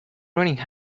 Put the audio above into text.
raining